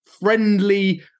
friendly